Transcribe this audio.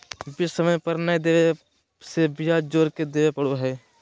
bill समय पर नयय देबे से ब्याज जोर के देबे पड़ो हइ